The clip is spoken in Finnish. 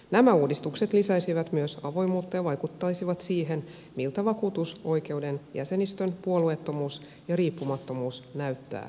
nämä uudistukset lisäisivät myös avoimuutta ja vaikuttaisivat siihen miltä vakuutusoikeuden jäsenistön puolueettomuus ja riippumattomuus näyttää ulospäin